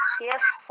Yes